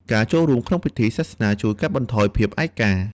ការចូលរួមក្នុងពិធីសាសនាជួយកាត់បន្ថយភាពឯកា។